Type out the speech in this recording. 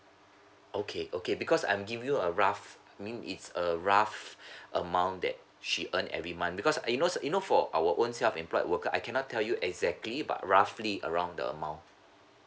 okay okay because I'm giving you a rough I mean it's a rough amount that she earn every month because you know you know for our own self employed worker I cannot tell you exactly but roughly around the amount